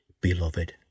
beloved